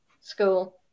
School